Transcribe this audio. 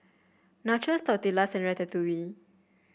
Nachos Tortillas and Ratatouille